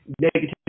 negative